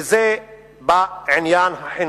וזה החינוך.